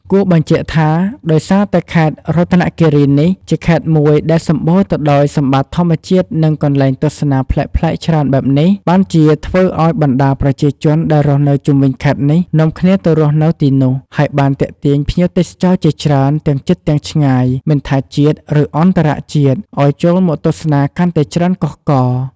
គួរបញ្ជាក់ថា ដោយសារតែខេត្តរតនគិរីនេះជាខេត្តមួយដែលសម្បូរទៅដោយសម្បត្តិធម្មជាតិនិងកន្លែងទស្សនាប្លែកៗច្រើនបែបនេះ បានជាធ្វើឲ្យបណ្តាប្រជាជនដែលរស់នៅជុំវិញខេត្តនេះនាំគ្នាទៅរស់នៅទីនោះ ហើយបានទាក់ទាញភ្ញៀវទេសចរជាច្រើនទាំងជិតទាំងឆ្ងាយមិនថា ជាតិ ឬអន្តរជាតិ ឱ្យចូលមកទស្សនាកាន់តែច្រើនកុះករ។